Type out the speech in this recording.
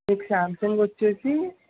మీకు శాంసంగ్ వచ్చేసి